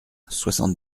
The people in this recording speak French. soixante